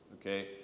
okay